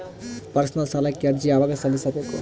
Personal ಸಾಲಕ್ಕೆ ಅರ್ಜಿ ಯವಾಗ ಸಲ್ಲಿಸಬೇಕು?